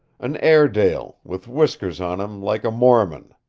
an airedale, with whiskers on him like a mormon.